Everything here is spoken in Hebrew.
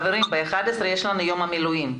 חברים, יש לנו ב-11:00 יום מילואים.